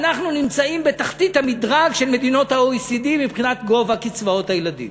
אנחנו נמצאים בתחתית המדרג של מדינות ה-OECD מבחינת גובה קצבאות הילדים.